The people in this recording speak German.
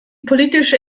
politische